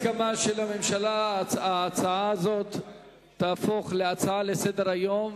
ההצעה הזאת תהפוך להצעה לסדר-היום,